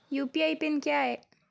UPI PIN क्या है?